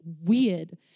weird